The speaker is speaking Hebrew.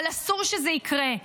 אבל אסור שזה יקרה.